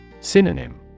Synonym